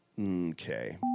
Okay